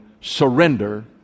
surrender